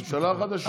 הממשלה החדשה.